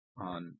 on